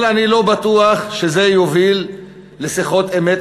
אבל אני לא בטוח שזה יוביל לשיחות אמת,